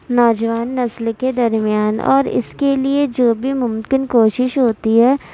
نوجوان نسل کے درمیان اور اس کے لیے جو بھی ممکن کوشش ہوتی ہے